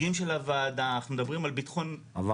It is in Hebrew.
זאת אומרת, אם הם לא הגיעו, אין סנקציות.